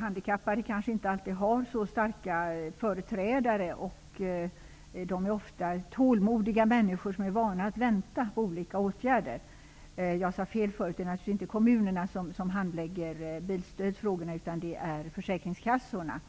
Handikappade har inte alltid starka företrädare, och de är ofta tålmodiga människor, som är vana att vänta på olika åtgärder. Jag sade fel förut; det är naturligtvis inte kommunerna som handlägger bilstödsfrågor, utan det är försäkringskassorna.